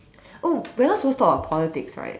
oh we're supposed to talk about politics right